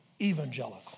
evangelical